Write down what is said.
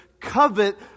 covet